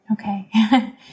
Okay